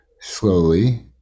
slowly